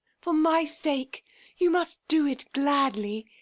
for my sake you must do it gladly.